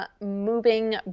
moving